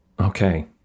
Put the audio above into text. Okay